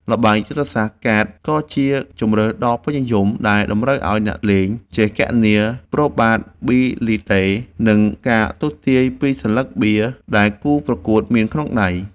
ល្បែងយុទ្ធសាស្ត្រកាតក៏ជាជម្រើសដ៏ពេញនិយមដែលតម្រូវឱ្យអ្នកលេងចេះគណនាប្រូបាប៊ីលីតេនិងការទស្សន៍ទាយពីសន្លឹកបៀដែលគូប្រកួតមានក្នុងដៃ។